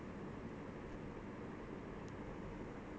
true very true